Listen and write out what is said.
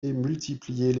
multiplier